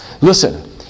Listen